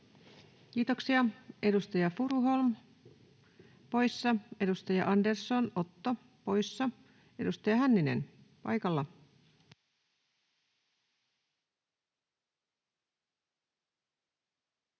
Kiitoksia. — Edustaja Furuholm, poissa. Edustaja Andersson, Otto, poissa. — Edustaja Hänninen, paikalla. Arvoisa